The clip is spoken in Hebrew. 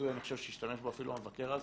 אני חושב שהביטוי שהשתמש בו אפילו המבקר אז